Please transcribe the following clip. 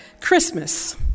Christmas